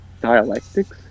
Dialectics